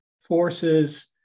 forces